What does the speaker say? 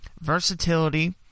Versatility